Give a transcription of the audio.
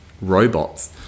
robots